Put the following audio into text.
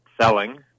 selling